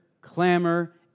clamor